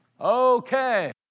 Okay